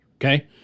okay